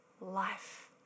life